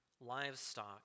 livestock